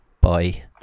Bye